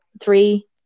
Three